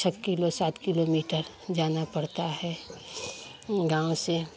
छः किलो सात किलोमीटर जाना पड़ता है गाँव से